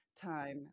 time